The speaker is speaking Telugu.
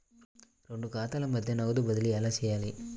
రెండు ఖాతాల మధ్య నగదు బదిలీ ఎలా చేయాలి?